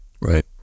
right